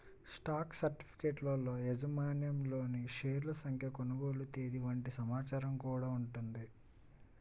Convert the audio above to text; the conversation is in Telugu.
స్టాక్ సర్టిఫికెట్లలో యాజమాన్యంలోని షేర్ల సంఖ్య, కొనుగోలు తేదీ వంటి సమాచారం గూడా ఉంటది